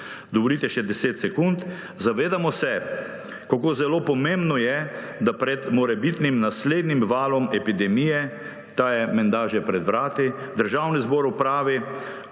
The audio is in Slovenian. Dovolite še 10 sekund. Zavedamo se, kako zelo pomembno je, da pred morebitnim naslednjim valom epidemije, ta je menda že pred vrati, Državni zbor odpravi